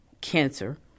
cancer